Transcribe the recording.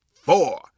four